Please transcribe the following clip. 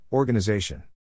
Organization